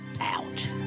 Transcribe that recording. out